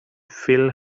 filled